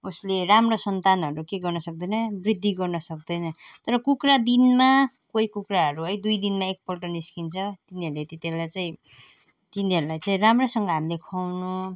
उसले राम्रो सन्तानहरू के गर्न सक्दैन वृद्धि गर्न सक्दैन तर कुखुरा दिनमा कोही कुखुराहरू है दुई दिनमा एक पल्ट निस्कन्छ तिनीहरूले त्यति बेला चाहिँ तिनीहरूलाई चाहिँ राम्रोसँग हामीले खुवाउनु